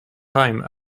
time